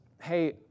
Hey